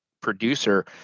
producer